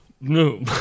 No